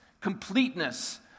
completeness